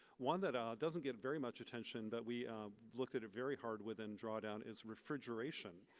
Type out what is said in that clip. one that um doesn't get very much attention that we looked at very hard within drawdown is refrigeration.